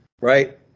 Right